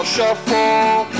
Shuffle